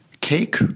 Cake